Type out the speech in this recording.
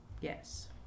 Yes